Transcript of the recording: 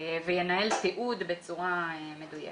וינהל תיעוד בצורה מדויקת.